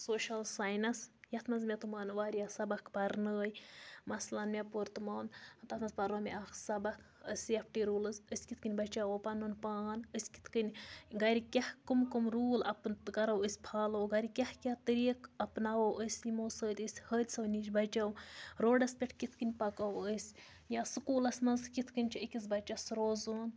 social science یَتھ منٛز مےٚ تِمَن واریاہ سَبَق پَرنٲے مَثلاً مےٚ پوٚر تِمَن تَتھ مَنٛز پَرنو مےٚ تِمَن اَکھ سَبَق سیفٹی روٗلٕز أسۍ کِتھ کٔنۍ بَچاوو پَنُن پان أسۍ کِتھ کٔنۍ گَرِ کیٛاہ کَم کَم روٗل اَپ کَرو أسۍ فالو گَرِ کیٛاہ کیٛاہ طریٖق اَپناوو أسۍ یِمو سۭتۍ أسۍ حٲدثو نِش بَچو روڈَس پیٹھ کِتھ کٔنۍ پَکو أسۍ یا سکوٗلَس مَنٛز کِتھ کٔنۍ چھِ أکِس بَچَس روزُن